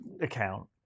account